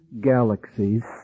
galaxies